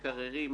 מקררים,